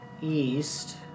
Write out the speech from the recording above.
east